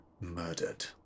murdered